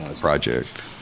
project